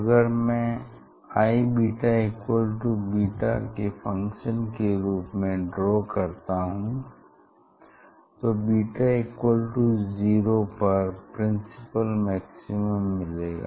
अगर मैं Iβ को β के फंक्शन के रूप में ड्रा करता हूँ तो β0 पर प्रिंसिपल मैक्सिमम मिलेगा